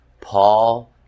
Paul